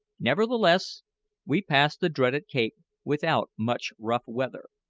nevertheless we passed the dreaded cape without much rough weather,